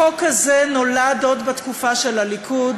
החוק הזה נולד עוד בתקופה של הליכוד,